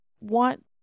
want